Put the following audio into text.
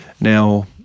Now